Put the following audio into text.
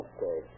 Okay